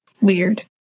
Weird